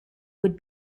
would